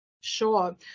Sure